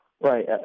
Right